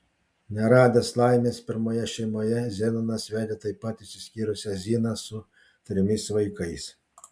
neradęs laimės pirmoje šeimoje zenonas vedė taip pat išsiskyrusią ziną su trimis vaikais